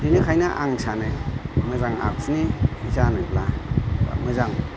बिनिखायनो आं सानो मोजां आखुनि जानोब्ला मोजां